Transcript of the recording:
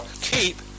keep